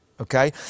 okay